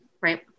Right